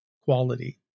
quality